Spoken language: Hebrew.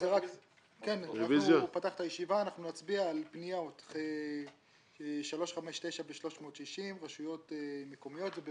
אנחנו נצביע על פניות 359 ו-360, רשויות מקומיות.